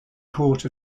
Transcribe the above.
court